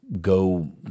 go